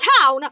town